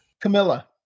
Camilla